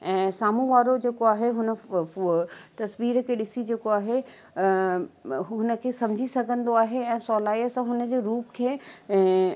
ऐं साम्हूं वारो जेको आहे हुन उहा तस्वीर खे ॾिसी जेको आहे हुन खे सम्झी सघंदो आहे ऐं सहूलाई सां हुन जे रूप खे ऐं